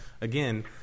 again